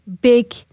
big